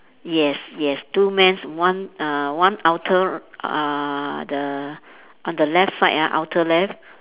yes yes two man one uh one outer uh the on the left side ah outer left